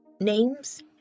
Names